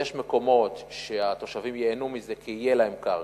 יש מקומות שהתושבים ייהנו מזה כי תהיה להם קרקע,